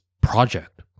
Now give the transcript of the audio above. project